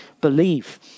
believe